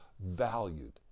Valued